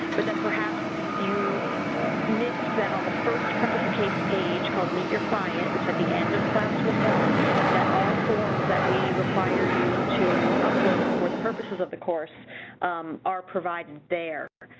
but that perhaps you missed that on the first practice case page, called meet your client which at the end of class one. that all forms that we require you to upload for the purposes of the course are provided there.